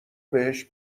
بهش